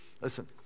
listen